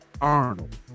Arnold